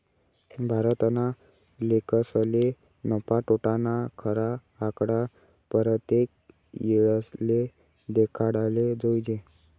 भारतना लेखकसले नफा, तोटाना खरा आकडा परतेक येळले देखाडाले जोयजे